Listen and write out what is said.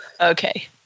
Okay